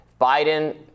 Biden